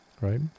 Right